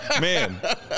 Man